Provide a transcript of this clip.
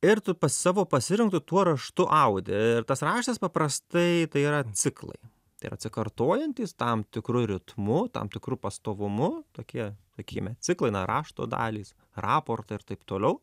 ir tu pas savo pasirinktu tuo raštu audi ir tas raštas paprastai tai yra ciklai tai yra atsikartojantys tam tikru ritmu tam tikru pastovumu tokie akyme ciklai na rašto dalys raportai ir taip toliau